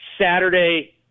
Saturday